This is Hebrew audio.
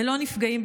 ללא נפגעים,